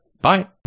Bye